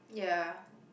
ya